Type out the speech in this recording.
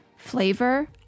flavor